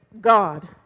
God